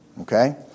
Okay